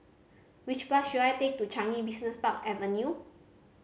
which bus should I take to Changi Business Park Avenue